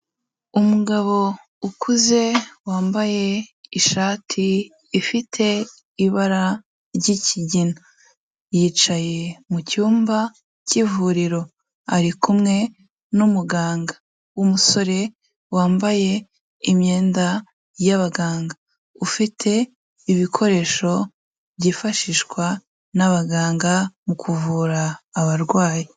Umugabo ukuze wambaye ishati ifite ibara ry'ikigina, yicaye mu cyumba cy'ivuriro ari kumwe n'umuganga w'umusore wambaye imyenda yabaganga, ufite ibikoresho byifashishwa n'abaganga mu kuvura abarwayi.